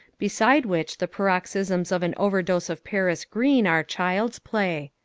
beside which the paroxysms of an overdose of paris green are child's play.